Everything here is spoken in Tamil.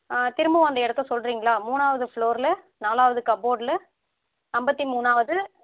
திரும்பவும் அந்த இடத்த சொல்லுறீங்களா மூணாவது ஃப்ளோரில் நாலாவது கபோர்ட்டில் ஐம்பத்தி மூணாவது